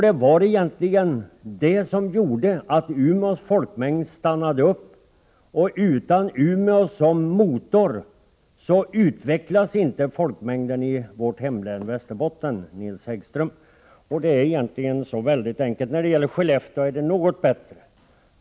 Det var egentligen det som gjorde att ökningen av Umeås folkmängd stannade av. Utan Umeå som motor utvecklas inte folkmängden i vårt hemlän, Nils Häggström. För Skellefteå är det något bättre.